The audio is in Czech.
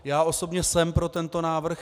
Já osobně jsem pro tento návrh.